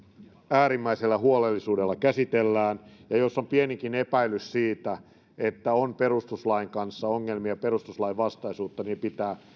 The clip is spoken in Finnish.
äärimmäisellä huolellisuudella käsitellään ja jos on pienikin epäilys siitä että on perustuslain kanssa ongelmia perustuslainvastaisuutta niin asia pitää